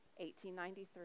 1893